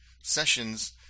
sessions